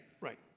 Right